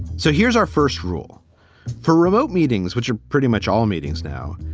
so here's our first rule for remote meetings, which are pretty much all meetings now,